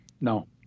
No